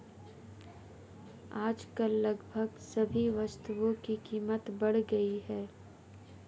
आजकल लगभग सभी वस्तुओं की कीमत बढ़ गई है